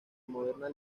moderna